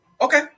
Okay